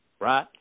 Right